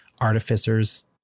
artificers